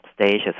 stages